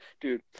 Dude